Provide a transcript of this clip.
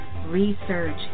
Research